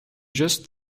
just